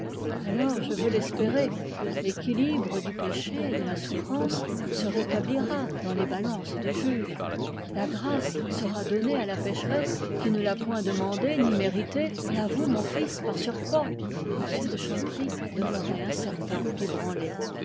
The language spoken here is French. alors je veux l'espérer l'équilibre du péché et de la souffrance se rétablira dans les balances du juge la grâce sera donnée à la pécheresse qui ne l'a point demandée ni méritée et à vous mon fils par surcroît m de chanteprie demeurait incertain ébranlé